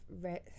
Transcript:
read